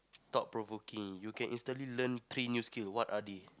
thought-provoking you can instantly learn three new skills what are they